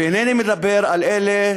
ואינני מדבר על אלה